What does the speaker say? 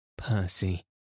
Percy